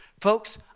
folks